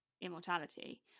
immortality